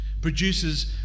produces